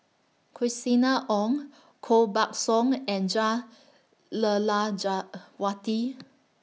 Christina Ong Koh Buck Song and Jah